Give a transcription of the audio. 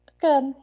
Good